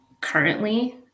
currently